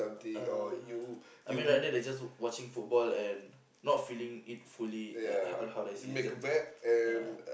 uh I mean rather than just watching football and not feeling it fully like how how do I say it is that ya